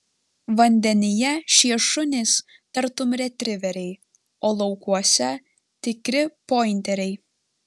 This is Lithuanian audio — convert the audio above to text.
vandenyje šie šunys tartum retriveriai o laukuose tikri pointeriai